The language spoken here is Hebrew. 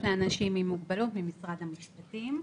לאנשים עם מוגבלות, ממשרד המשפטים.